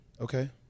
Okay